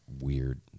weird